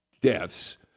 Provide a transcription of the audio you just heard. deaths